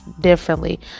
differently